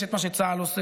יש את מה שצה"ל עושה,